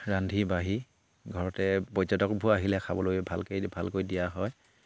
ৰান্ধি বাঢ়ি ঘৰতে পৰ্যটকবোৰ আহিলে খাবলৈ ভালকেই ভালকৈ দিয়া হয়